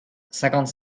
cinquante